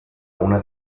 una